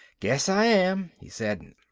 guess i am, he said.